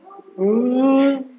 soon